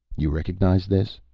you recognize this?